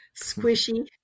squishy